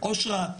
אושרת,